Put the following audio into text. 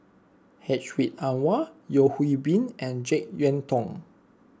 Hedwig Anuar Yeo Hwee Bin and Jek Yeun Thong